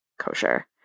kosher